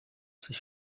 sich